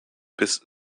bis